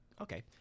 okay